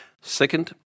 Second